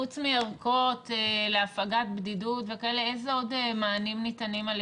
חוץ מערכות להפגת בדידות איזה עוד מענים ניתנים על